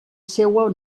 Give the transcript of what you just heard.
seua